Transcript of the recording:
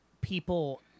people